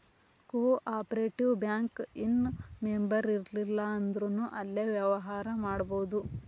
co operative bank ಇನ್ ಮೆಂಬರಿರ್ಲಿಲ್ಲಂದ್ರುನೂ ಅಲ್ಲೆ ವ್ಯವ್ಹಾರಾ ಮಾಡ್ಬೊದು